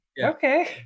Okay